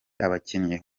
abakinyi